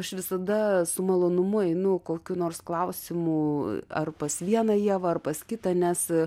aš visada su malonumu einu kokiu nors klausimu ar pas vieną ievą ar pas kitą nes